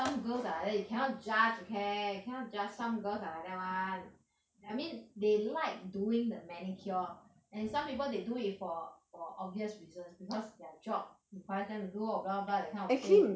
some girls are like that you cannot judge okay you cannot judge some girls are like that [one] I mean they like doing the manicure and some people they do it for for obvious reasons because their job requires them to do or blah blah blah that kind of thing